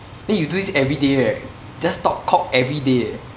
then you do this everyday right just talk cock everyday eh